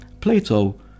plato